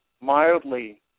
mildly –